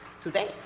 today